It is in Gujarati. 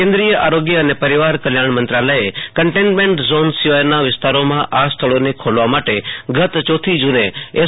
કેન્દ્રિય આરોગ્ય અને પરિવાર કલ્યાણ મંત્રાલયે કન્ટેઈનમેન્ટ ઝોન સિવાયના વિસ્તારોમાં આ સ્થાનોને ખોલવા માટે ગત ચોથી જૂને એસ